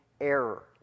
error